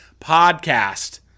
podcast